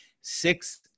six